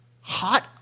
hot